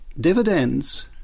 dividends